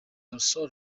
also